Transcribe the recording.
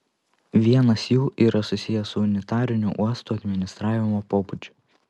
vienas jų yra susijęs su unitariniu uostų administravimo pobūdžiu